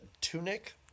tunic